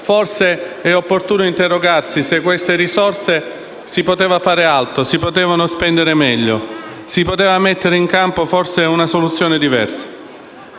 Forse è opportuno interrogarsi se con queste risorse si poteva fare altro, se si potevano spendere meglio, se si poteva mettere in campo una soluzione diversa.